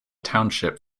township